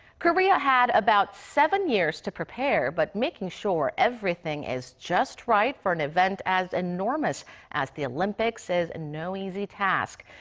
korea had about seven years to prepare. but making sure everything is just right for an event as enormous as the olympics is and no easy task.